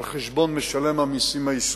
על-חשבון משלם המסים הישראלי.